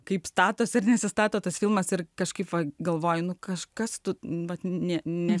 kaip statosi ir nesistato tas filmas ir kažkaip va galvoju nu kažkas tu vat ne ne